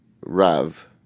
Rav